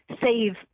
save